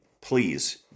Please